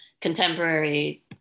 Contemporary